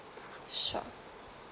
sure